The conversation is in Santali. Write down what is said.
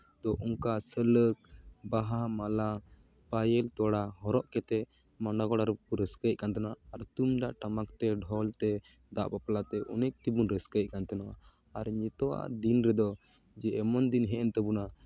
ᱟᱫᱚ ᱚᱱᱠᱟ ᱥᱟᱹᱞᱟᱹᱠ ᱵᱟᱦᱟ ᱢᱟᱞᱟ ᱯᱟᱭᱮᱞ ᱛᱚᱲᱟ ᱦᱚᱨᱚᱜ ᱠᱟᱛᱮᱫ ᱨᱮᱠᱚ ᱨᱟᱹᱥᱠᱟᱭᱮᱫ ᱠᱟᱱ ᱛᱟᱦᱮᱱᱟ ᱟᱨ ᱛᱩᱢᱫᱟᱜ ᱴᱟᱢᱟᱠ ᱛᱮ ᱰᱷᱳᱞ ᱛᱮ ᱫᱟᱜ ᱵᱟᱯᱞᱟᱛᱮ ᱚᱱᱮᱠ ᱛᱮᱵᱚ ᱨᱟᱹᱥᱠᱟᱹᱭᱮᱫ ᱠᱟᱱ ᱛᱟᱦᱮᱱᱟ ᱟᱨ ᱱᱤᱛᱚᱜ ᱟᱜ ᱫᱤᱱ ᱨᱮᱫᱚ ᱡᱮ ᱮᱢᱚᱱ ᱫᱤᱱ ᱦᱮᱡ ᱮᱱ ᱛᱟᱵᱚᱱᱟ